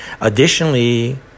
Additionally